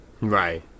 Right